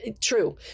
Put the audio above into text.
True